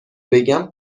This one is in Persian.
بگم